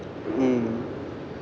mm